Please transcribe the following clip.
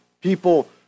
People